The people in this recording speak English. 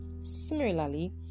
Similarly